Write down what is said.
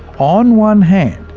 on one hand,